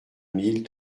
mille